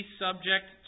subject